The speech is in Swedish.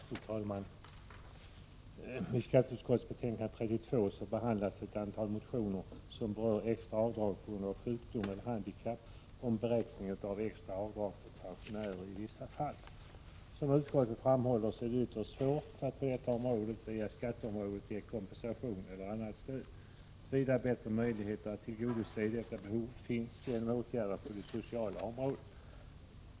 Fru talman! I skatteutskottets betänkande nr 32 behandlas ett antal motioner som berör extra avdrag på grund av sjukdom eller handikapp och beräkning av extra avdrag för pensionärer i vissa fall. Som utskottet framhåller, är det ytterst svårt att via skattesystemet ge kompensation eller annat stöd. Vida bättre möjligheter att tillgodose detta behov finns i form av åtgärder på det sociala området.